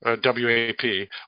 W-A-P